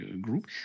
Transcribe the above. group